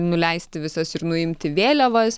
nuleisti visas ir nuimti vėliavas